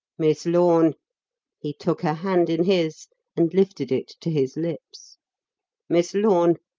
miss lorne he took her hand in his and lifted it to his lips miss lorne,